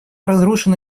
разрушена